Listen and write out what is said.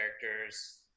characters